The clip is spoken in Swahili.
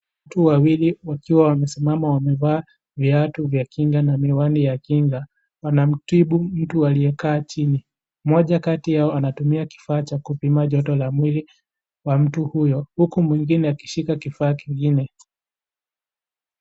Watu wawili wakiwa wamesimama wamevaa viatu vya kinga na miwani ya kinga, wanamtibu mtu aliyekaa chini. Mmoja kati yao anatumia kifaa cha kupima joto la mwili wa mtu huyo, huku mwingine akishika kifaa kingine.